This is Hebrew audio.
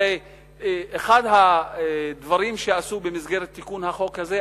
הרי אחד הדברים שעשו במסגרת תיקון החוק הזה,